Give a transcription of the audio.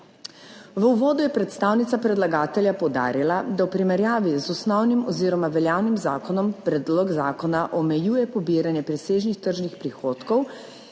V uvodu je predstavnica predlagatelja poudarila, da v primerjavi z osnovnim oziroma veljavnim zakonom predlog zakona omejuje pobiranje presežnih tržnih prihodkov